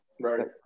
Right